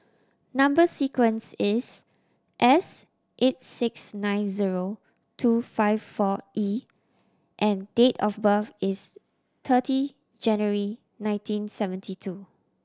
number sequence is S eight six nine zero two five four E and date of birth is thirty January nineteen seventy two